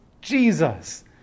Jesus